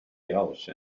else